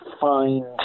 Find